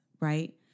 right